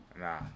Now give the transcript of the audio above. Nah